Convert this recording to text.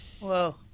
Whoa